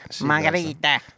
Margarita